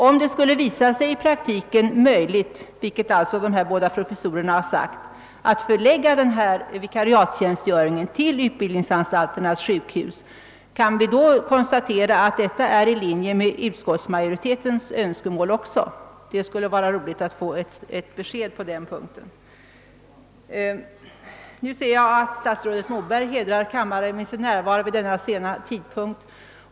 Om det i praktiken skulle visa sig möjligt, vilket de båda professorerna har sagt, att helt förlägga vikariatstjänstgöringen till utbildningsanstalternas sjukhus, kan vi då konstatera att detta också ligger i linje med utskottsmajoritetens önskemål? Det skulle vara roligt att få ett besked på den punkten. Jag ser nu att statsrådet Moberg hedrar kammaren med sin närvaro vid denna sena tidpunkt.